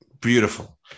Beautiful